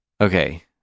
Okay